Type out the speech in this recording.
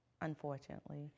unfortunately